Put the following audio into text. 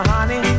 Honey